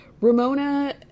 Ramona